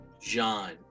John